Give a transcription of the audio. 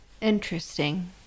Interesting